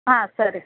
ಹಾಂ ಸರಿ